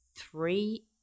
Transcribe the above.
three